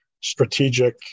strategic